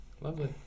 Lovely